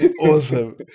Awesome